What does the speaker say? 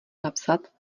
napsat